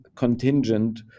contingent